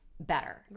better